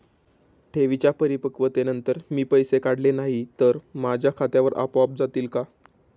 ठेवींच्या परिपक्वतेनंतर मी पैसे काढले नाही तर ते माझ्या खात्यावर आपोआप जातील का?